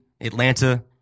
Atlanta